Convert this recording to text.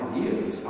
years